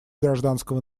гражданского